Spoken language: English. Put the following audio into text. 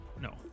No